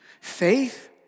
faith